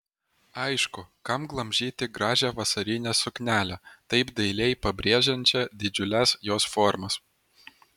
aišku kam glamžyti gražią vasarinę suknelę taip dailiai pabrėžiančią didžiules jos formas